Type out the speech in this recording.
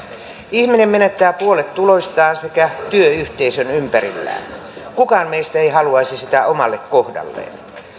ihminen menettää puolet tuloistaan sekä työyhteisön ympäriltään kukaan meistä ei haluaisi sitä omalle kohdalleen